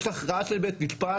יש הכרעה של בית המשפט,